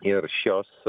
ir šios